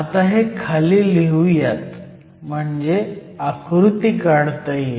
आता हे खाली लिहुयात म्हणजे आकृती काढता येईल